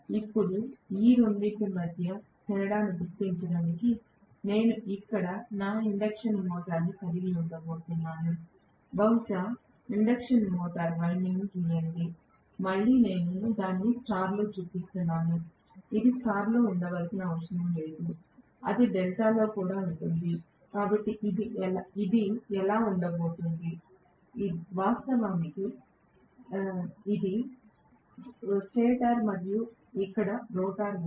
ఇప్పుడు ఈ రెండింటి మధ్య తేడాను గుర్తించడానికి నేను ఇక్కడ నా ఇండక్షన్ మోటారును కలిగి ఉండబోతున్నాను బహుశా ఇండక్షన్ మోటారు వైండింగ్ను గీయండి మళ్ళీ నేను దానిని స్టార్లో చూపిస్తున్నాను అది స్టార్లో ఉండవలసిన అవసరం లేదు అది డెల్టాలో కూడా ఉంటుంది కాబట్టి ఇది ఇది ఎలా ఉండబోతోంది కాబట్టి ఇది వాస్తవానికి స్టేటర్ మరియు ఇక్కడ రోటర్ ఉంది